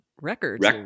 records